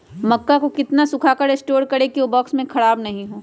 मक्का को कितना सूखा कर स्टोर करें की ओ बॉक्स में ख़राब नहीं हो?